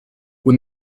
when